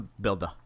Builder